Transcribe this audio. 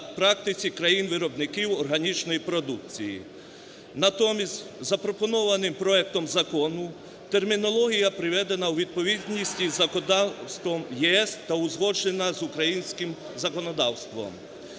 та практиці країн-виробників органічної продукції. Натомість запропонована проектом Закону термінологія приведена у відповідність із законодавством ЄС та узгоджена з українським законодавством.